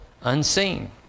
unseen